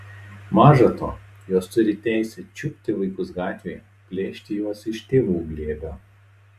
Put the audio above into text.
maža to jos turi teisę čiupti vaikus gatvėje plėšti juos iš tėvų glėbio